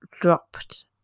dropped